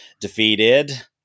defeated